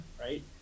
right